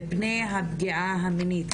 פני הפגיעה המינית,